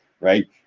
right